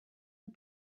and